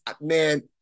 man